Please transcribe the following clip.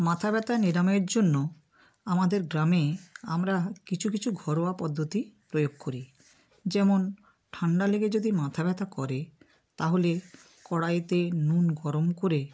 মাথা ব্যথা নিরাময়ের জন্য আমাদের গ্রামে আমরা কিছু কিছু ঘরোয়া পদ্ধতি প্রয়োগ করি যেমন ঠান্ডা লেগে যদি মাথা ব্যথা করে তাহলে কড়াইতে নুন গরম করে